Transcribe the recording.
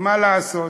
מה לעשות,